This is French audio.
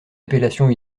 appellation